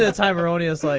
ah time erroneous. like